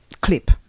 clip